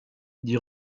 d’y